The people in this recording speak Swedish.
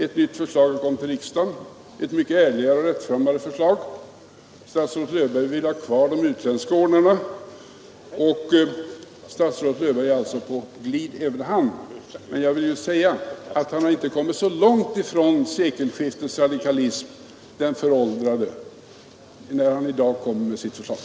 Ett nytt förslag har kommit till riksdagen, ett mycket ärligare och rättframmare förslag. Statsrådet Löfberg vill ha kvar de utländska ordnarna. Statsrådet är alltså på glid även han, men jag vill säga att han inte kommit så långt från sekelskiftets radikalism — den föråldrade — när han i dag försvarar sitt förslag.